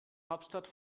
hauptstadt